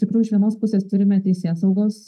tikrųjų iš vienos pusės turime teisėsaugos